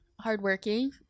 hardworking